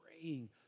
praying